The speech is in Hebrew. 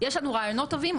יש לנו רעיונות טובים,